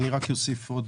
אוסיף עוד